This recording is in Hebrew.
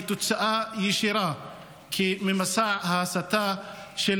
והיא תוצאה ישירה של מסע ההסתה של